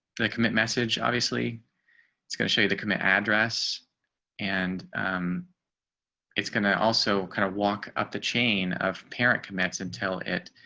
the commit message, obviously it's going to show you the commit address and it's going to also kind of walk up the chain of parent commits until it